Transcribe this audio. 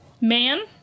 Man